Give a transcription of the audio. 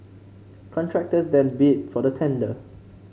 contractors then bid for the tender